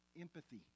Empathy